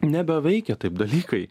nebeveikia taip dalykai